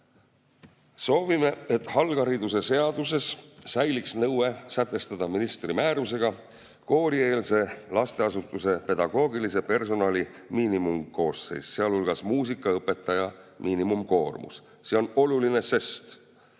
Kooriühing], et alushariduse seaduses säiliks nõue sätestada ministri määrusega koolieelse lasteasutuse pedagoogilise personali miinimumkoosseis, sealhulgas muusikaõpetajate miinimumkoormus. See on oluline, sest